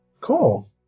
Cool